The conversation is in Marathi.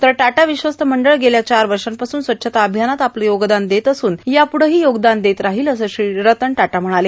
तर टाटा विश्वस्त मंडळ गेल्या चार वर्षांपासून स्वच्छता अभियानात आपलं योगदान देत असून याप्रढंही योगदान देत राहील असं श्री रतन टाटा म्हणाले